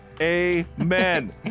amen